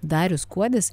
darius kuodis